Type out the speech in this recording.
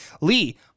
Lee